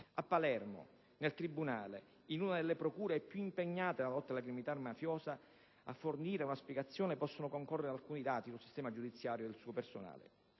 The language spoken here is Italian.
A Palermo, nel tribunale, in una della procure più impegnate nella lotta alla criminalità mafiosa, a fornire una spiegazione possono concorrere alcuni dati sul sistema giudiziario e sul personale